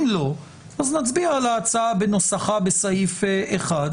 אם לא אז נצביע על ההצעה בנוסחה בסעיף 1,